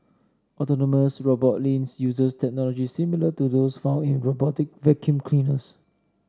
autonomous robot Lynx uses technology similar to those found in robotic vacuum cleaners